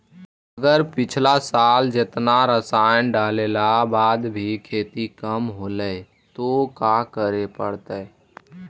अगर पिछला साल जेतना रासायन डालेला बाद भी खेती कम होलइ तो का करे पड़तई?